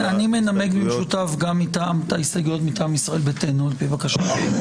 אני מנמק במשותף את ההסתייגויות מטעם ישראל ביתנו על פי בקשתם.